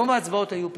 רוב ההצבעות היו פה-אחד.